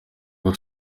ubwo